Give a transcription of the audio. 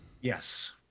Yes